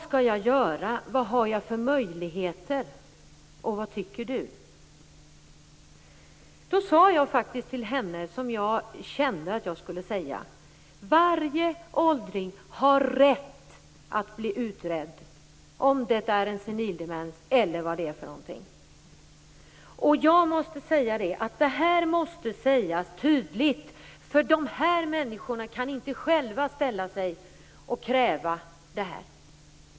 Hon frågade mig vad hon skulle göra, vilka möjligheter hon hade och vad jag tyckte. Jag sade till henne att varje åldring har rätt att bli utredd för att man skall se om det är fråga om senildemens eller något annat. Detta måste sägas tydligt eftersom dessa åldringar inte själva kan ställa sig och kräva detta.